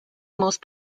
most